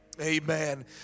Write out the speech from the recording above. Amen